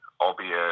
albeit